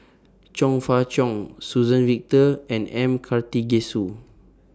Chong Fah Cheong Suzann Victor and M Karthigesu